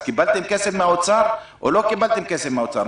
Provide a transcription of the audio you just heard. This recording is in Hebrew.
אז קיבלתם כסף מהאוצר או לא קיבלתם כסף מהאוצר?